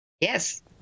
Yes